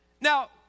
Now